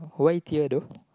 why tear though